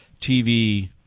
TV